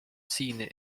scene